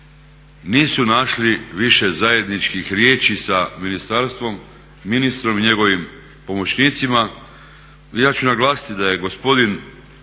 nisu našli više zajedničkih riječi sa ministarstvom, ministrom i njegovim pomoćnicima. Ja ću naglasiti da je gospodin